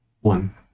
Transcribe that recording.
One